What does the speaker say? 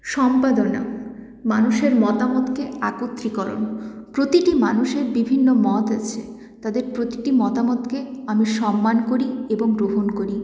সম্পাদনা মানুষের মতামতকে একত্রীকরণ প্রতিটি মানুষের বিভিন্ন মত আছে তাদের প্রতিটি মতামতকে আমি সম্মান করি এবং গ্রহণ করি